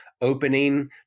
opening